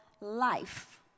life